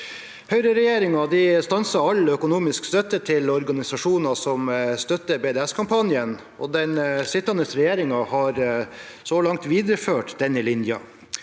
Høyre-regjeringa stanset all økonomisk støtte til organisasjoner som støtter BDS-kampanjen, og den sittende regjeringa har videreført denne linja